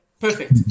Perfect